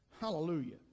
Hallelujah